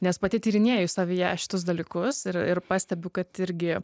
nes pati tyrinėju savyje šitus dalykus ir ir pastebiu kad irgi